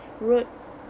wrote